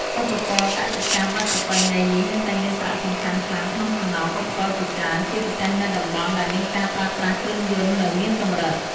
ឧបករណ៍កសិកម្មបែបប្រពៃណីនេះនៅតែមានសារៈសំខាន់ខ្លាំងក្នុងចំណោមឧបករណ៍ជាច្រើន ជាពិសេសនៅតំបន់ដែលមានការប្រើប្រាស់គ្រឿងយន្តនៅមានកម្រិត។